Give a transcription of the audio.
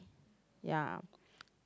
ya